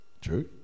True